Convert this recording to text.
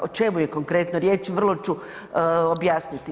O čemu je konkretno riječ, vrlo ću objasniti.